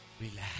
relax